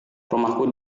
rumahku